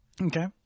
Okay